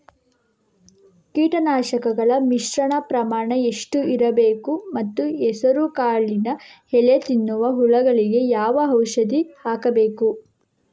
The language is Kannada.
ಕೀಟನಾಶಕಗಳ ಮಿಶ್ರಣ ಪ್ರಮಾಣ ಎಷ್ಟು ಇರಬೇಕು ಮತ್ತು ಹೆಸರುಕಾಳಿನ ಎಲೆ ತಿನ್ನುವ ಹುಳಗಳಿಗೆ ಯಾವ ಔಷಧಿ ಹಾಕಬೇಕು?